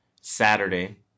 Saturday